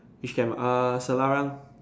which camp err Selarang